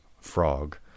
frog